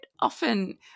often